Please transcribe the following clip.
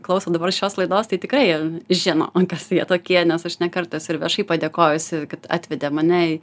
klauso dabar šios laidos tai tikrai žino kas jie tokie nes aš ne kartą esu ir viešai padėkojusi kad atvedė mane